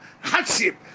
hardship